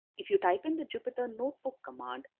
if you type in the jupyter notebook command,